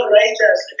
righteous